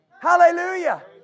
Hallelujah